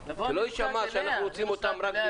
שלא יישמע שאנחנו רוצים אותם רק בשביל --- אני נוסעת אליה.